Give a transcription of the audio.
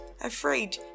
afraid